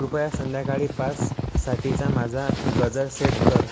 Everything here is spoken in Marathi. कृपया संध्याकाळी पाचसाठीचा माझा गजर सेट कर